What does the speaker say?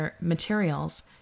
materials